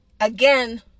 again